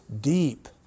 deep